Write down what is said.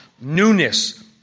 newness